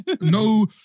no